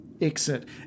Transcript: exit